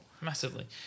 Massively